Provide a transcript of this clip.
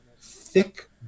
thick